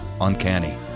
Uncanny